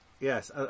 Yes